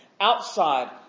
Outside